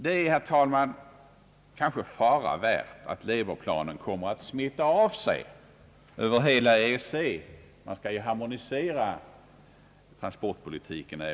Det är, herr talman, fara värt att Leberplanen kommer att smitta av sig över hela EEC. Man skall ju harmoniera även transportpolitiken.